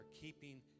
keeping